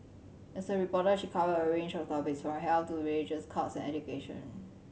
as a reporter she covered a range of topics from health to religious cults and education